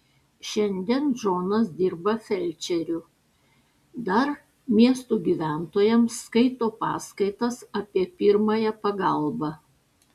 šiandien džonas dirba felčeriu dar miesto gyventojams skaito paskaitas apie pirmąją pagalbą